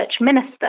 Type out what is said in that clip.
minister